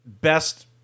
best